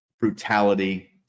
brutality